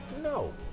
No